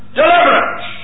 deliverance